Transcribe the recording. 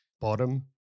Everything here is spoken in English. bottom